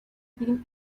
been